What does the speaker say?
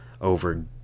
over